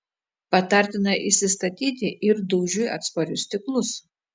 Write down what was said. patartina įsistatyti ir dūžiui atsparius stiklus